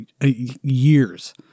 years